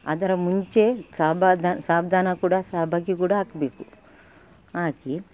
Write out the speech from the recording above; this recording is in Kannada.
ಅದರ ಮುಂಚೆ ಸಾಬುದಾನ ಸಾಬುದಾನ ಕೂಡ ಸಾಬಕ್ಕಿ ಕೂಡ ಹಾಕ್ಬೇಕು ಹಾಕಿ